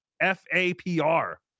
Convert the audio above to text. F-A-P-R